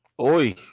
Oi